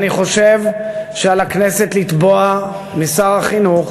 אני חושב שעל הכנסת לתבוע משר החינוך